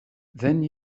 then